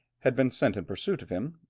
had been sent in pursuit of him,